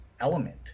element